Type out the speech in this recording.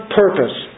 purpose